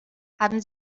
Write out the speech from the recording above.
haben